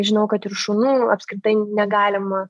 žinau kad ir šunų apskritai negalima